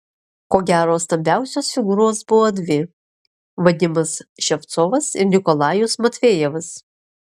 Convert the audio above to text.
ko gero stambiausios figūros buvo dvi vadimas ševcovas ir nikolajus matvejevas